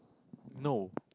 no